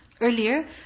earlier